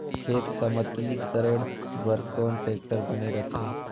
खेत समतलीकरण बर कौन टेक्टर बने रथे?